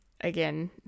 Again